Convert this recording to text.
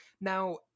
Now